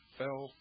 fell